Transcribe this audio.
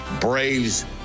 braves